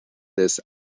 this